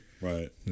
Right